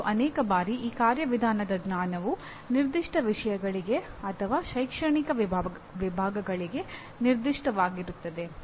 ಮತ್ತು ಅನೇಕ ಬಾರಿ ಈ ಕಾರ್ಯವಿಧಾನದ ಜ್ಞಾನವು ನಿರ್ದಿಷ್ಟ ವಿಷಯಗಳಿಗೆ ಅಥವಾ ಶೈಕ್ಷಣಿಕ ವಿಭಾಗಗಳಿಗೆ ನಿರ್ದಿಷ್ಟವಾಗಿರುತ್ತದೆ